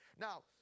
Now